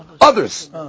others